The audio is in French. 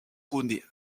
connaît